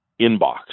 inbox